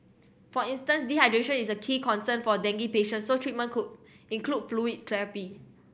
for instance dehydration is a key concern for dengue patients so treatment could include fluid therapy